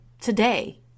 today